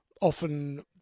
often